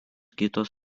kitos